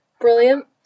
Brilliant